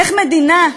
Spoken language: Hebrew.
איך מדינה,